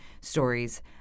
stories